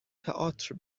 تئاتر